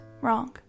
wrong